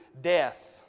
death